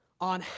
on